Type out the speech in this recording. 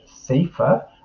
safer